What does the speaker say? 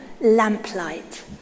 lamplight